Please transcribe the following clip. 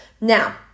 Now